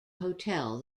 hotel